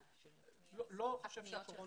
לא חושב.